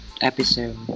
episode